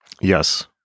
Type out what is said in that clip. Yes